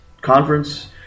conference